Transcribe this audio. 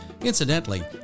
Incidentally